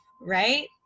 right